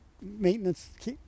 maintenance